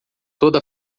toda